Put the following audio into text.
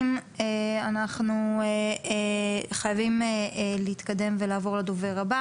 אנחנו חייבים להתקדם ולעבור לדובר הבא